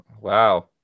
wow